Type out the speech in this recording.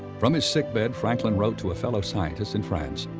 from his sickbed, franklin wrote to a fellow scientist in france,